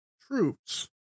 troops